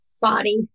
body